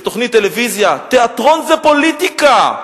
תוכנית טלוויזיה: תיאטרון זה פוליטיקה.